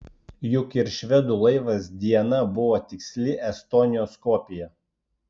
juk ir švedų laivas diana buvo tiksli estonijos kopija